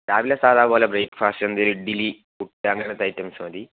രാവിലെ സാധാ പോലെ ബ്രേക്ക്ഫാസ്റ്റ് എന്തെങ്കിലും ഇഡലി പുട്ട് അങ്ങനത്തെ ഐറ്റംസ് മതി